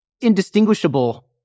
indistinguishable